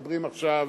שמצטברים עכשיו